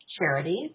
charities